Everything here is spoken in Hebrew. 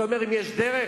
אתה שואל אם יש דרך?